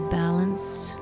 balanced